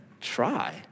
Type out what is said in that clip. try